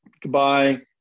goodbye